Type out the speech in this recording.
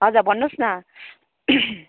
हजुर भन्नुहोस् न